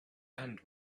end